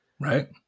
Right